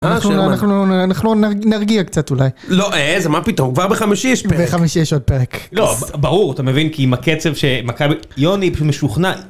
אנחנו אנחנו אנחנו נרגיע קצת אולי. לא איזה מה פתאום כבר בחמישי יש בחמישי יש עוד פרק. לא ברור אתה מבין כי עם הקצב שמכבי, יוני פשוט משוכנע